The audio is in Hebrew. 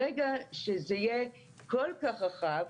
ברגע שזה יהיה כל כך רחב,